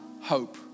hope